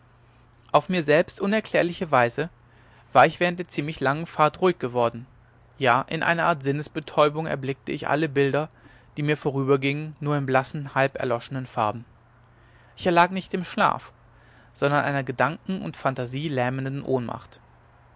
auf mir selbst unerklärliche weise war ich während der ziemlich langen fahrt ruhig geworden ja in einer art sinnesbetäubung erblickte ich alle bilder die mir vorübergingen nur in blassen halberloschenen farben ich erlag nicht dem schlaf sondern einer gedanken und phantasie lähmenden ohnmacht